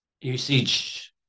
usage